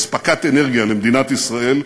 אספקת אנרגיה למדינת ישראל,